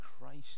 Christ